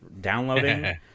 downloading